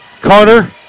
Carter